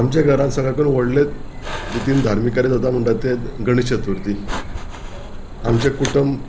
आमच्या घरांत सगळ्याकून व्हडलें रितीन धार्मीक कार्य जाता म्हणटा ते गणेश चतुर्थी आमचें कुटुंब